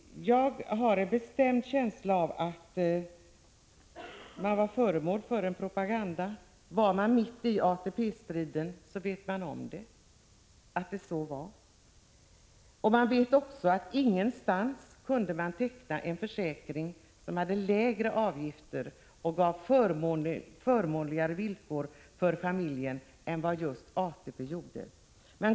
Jag har en bestämd känsla av att man var föremål för en propaganda. Vi som var mitt uppe i ATP-striden vet att sådant förekom. Vi vet också att ingenstans kunde man teckna en försäkring som hade lägre avgifter och gav förmånligare villkor för familjen än vad just ATP gjorde.